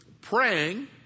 praying